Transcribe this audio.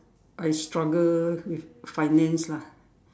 I struggle with finance lah